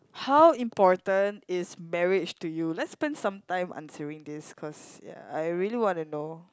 how important is marriage to you let's spent some time answering this cause ya I really want to know